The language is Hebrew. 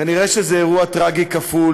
כנראה זה אירוע טרגי כפול,